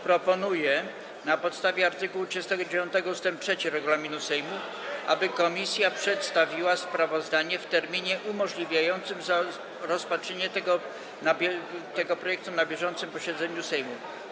Proponuję na podstawie art. 39 ust. 3 regulaminu Sejmu, aby komisja przedstawiła sprawozdanie w terminie umożliwiającym rozpatrzenie tego projektu na bieżącym posiedzeniu Sejmu.